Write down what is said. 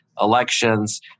elections